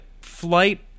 flight